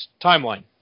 timeline